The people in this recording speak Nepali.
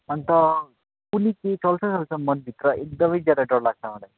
अन्त कुन्नि के चल्छ चल्छ मनभित्र एकदमै ज्यादा डर लाग्छ मलाई